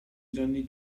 gianni